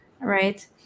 right